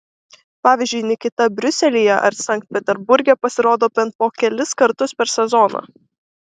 pavyzdžiui nikita briuselyje ar sankt peterburge pasirodo bent po kelis kartus per sezoną